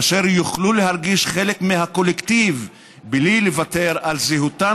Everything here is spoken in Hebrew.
אשר יוכלו להרגיש חלק מהקולקטיב בלי לוותר על זהותן,